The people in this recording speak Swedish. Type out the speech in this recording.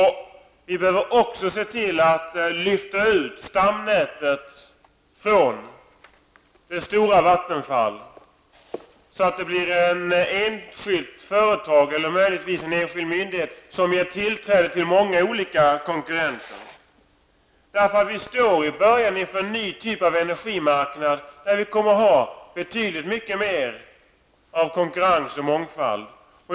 Vi behöver också lyfta ut stamnätet från det stora Vattenfall, så att det blir ett enskilt företag, eller möjligtvis en enskild myndighet, som ger tillträde för många olika konkurrenter. Vi står i början av en utveckling mot en ny typ av energimarknad, där vi kommer att betydligt mycket mer av konkurrens och mångfald.